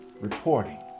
reporting